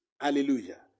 Hallelujah